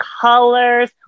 colors